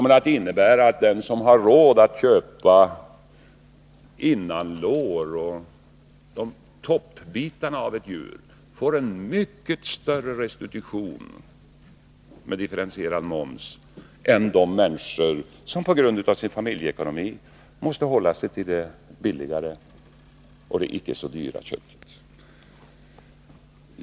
Med differentierad moms får den som har råd att köpa innanlår och toppbitarna av ett djur en mycket större restitution än den som på grund av sin familjeekonomi måste hålla sig till det billiga och det icke så dyra köttet.